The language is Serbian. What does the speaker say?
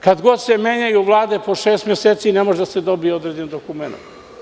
Kad god se menjaju Vlade, po šest meseci ne može da se dobije određeni dokument.